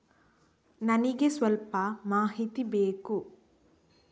ನನಿಗೆ ಸ್ವಲ್ಪ ಮಾಹಿತಿ ಬೇಕು